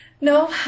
no